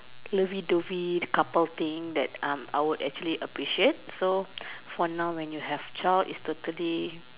lovey dovey couple thing that I would actually appreciate so for now when you have child it's totally